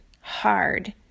hard